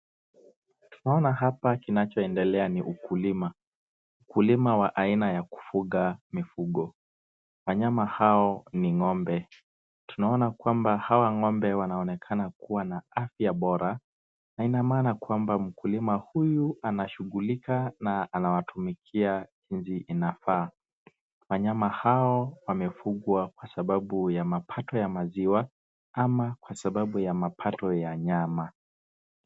Tunaona hapa kinachoendelea ni ukulima. Ukulima wa aina ya kufuga mifugo. Wanyama hao ni ng'ombe. Tunaona kwamba hawa ng'ombe wanaonekana kuwa na afya bora na ina maana kwamba mkulima huyu anashughulika na anawatumikia jinsi inafaa. Wanyama hao wamefugwa kwa sababu ya mapato ya maziwa ama kwa sababu ya mapato ya nyama.